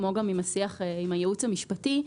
כמו גם השיח עם הייעוץ המשפטי,